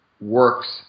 works